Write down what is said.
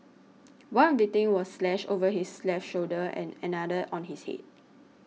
one victim was slashed over his left shoulder and another on his head